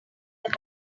them